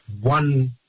one